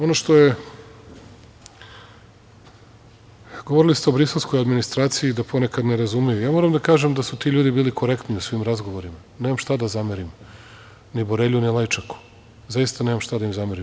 Ono što je, govorili ste o briselskoj administraciji da ponekad ne razumeju, ja moram da kažem da su ti ljudi bili korektni u svim razgovorima, nemam šta da zamerim, ni Borelji, ni Lajčeku, zaista nemam šta da im zamerim.